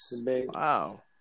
Wow